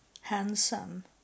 handsome